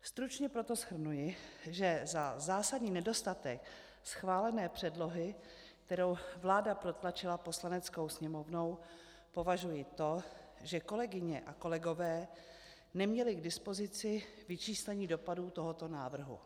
Stručně proto shrnuji, že za zásadní nedostatek schválené předlohy, kterou vláda protlačila Poslaneckou sněmovnou, považuji to, že kolegyně a kolegové neměli k dispozici vyčíslení dopadů tohoto návrhu.